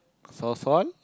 first one